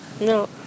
no